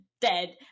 dead